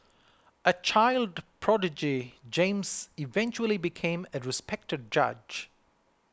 a child prodigy James eventually became a respected judge